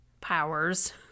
powers